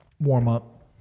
warm-up